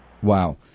Wow